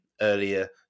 earlier